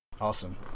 awesome